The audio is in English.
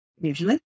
usually